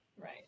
Right